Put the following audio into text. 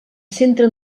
centra